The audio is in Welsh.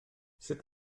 sut